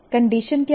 condition क्या है